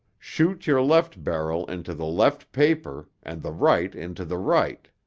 shoot your left barrel into the left paper and the right into the right.